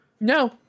No